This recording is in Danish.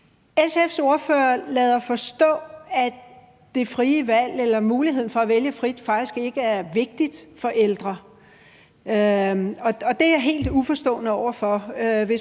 SF's ordfører lader forstå, at det frie valg eller muligheden for at vælge frit faktisk ikke er vigtigt for ældre, og det er jeg helt uforstående over for.